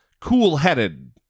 Cool-headed